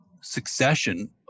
succession